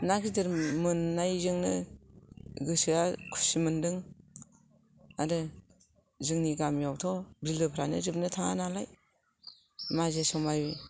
ना गिदिर मोननायजोंनो गोसोआ खुसि मोनदों आरो जोंनि गामियावथ' बिलो फ्रानो जोबनो थाङा नालाय माजे समाय